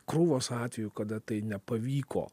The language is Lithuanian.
krūvos atvejų kada tai nepavyko